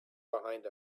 behind